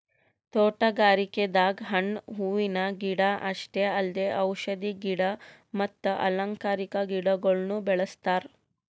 ತೋಟಗಾರಿಕೆದಾಗ್ ಹಣ್ಣ್ ಹೂವಿನ ಗಿಡ ಅಷ್ಟೇ ಅಲ್ದೆ ಔಷಧಿ ಗಿಡ ಮತ್ತ್ ಅಲಂಕಾರಿಕಾ ಗಿಡಗೊಳ್ನು ಬೆಳೆಸ್ತಾರ್